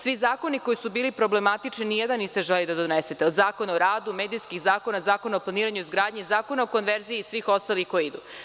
Svi zakoni koji su bili problematični, nijedan niste želeli da donesete, od Zakona o radu, medijskih zakona, Zakona o planiranju i izgradnji, Zakona o konverziji i svih ostalih koji idu.